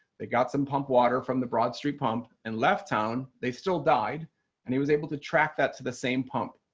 they got some pump water from the broad street pump and left town. they still died and he was able to track that to the same pump.